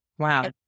Wow